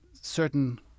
certain